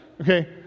Okay